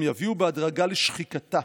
הם יביאו בהדרגה לשחיקתה.